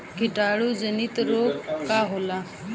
कीटाणु जनित रोग का होला?